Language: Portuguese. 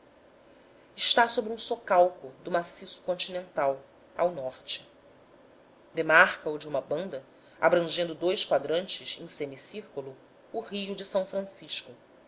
está sobre um socalco do maciço continental ao norte demarca o de uma banda abrangendo dous quadrantes em semicírculo o rio de s francisco